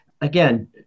again